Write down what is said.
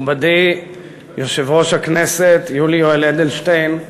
מכובדי יושב-ראש הכנסת יולי יואל אדלשטיין,